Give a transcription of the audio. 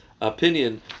opinion